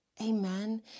Amen